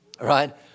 right